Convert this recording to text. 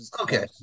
Okay